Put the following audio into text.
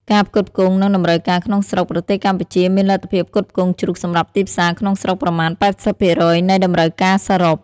ការផ្គត់ផ្គង់ និងតម្រូវការក្នុងស្រុក ប្រទេសកម្ពុជាមានលទ្ធភាពផ្គត់ផ្គង់ជ្រូកសម្រាប់ទីផ្សារក្នុងស្រុកប្រមាណ ៨០% នៃតម្រូវការសរុប។